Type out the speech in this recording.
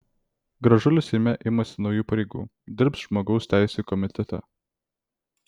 gražulis seime imasi naujų pareigų dirbs žmogaus teisių komitete